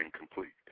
incomplete